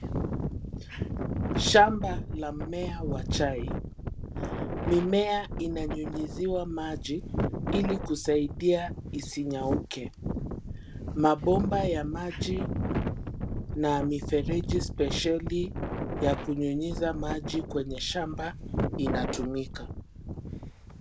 Shamba la mmea wa chai. Mimea inanyunyiziwa maji ili kusaidia isinyauke. Mabomba ya maji na mifereji spesheli ya kunyunyiza maji kwenye shamba inatumika.